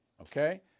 okay